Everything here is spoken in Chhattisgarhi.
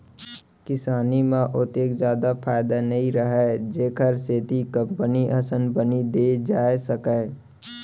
किसानी म ओतेक जादा फायदा नइ रहय जेखर सेती कंपनी असन बनी दे जाए सकय